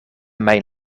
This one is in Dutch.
mijn